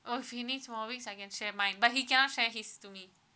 oh he needs more week can I share mine but he cannot share his to me